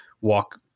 Walk